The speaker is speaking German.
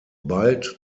bald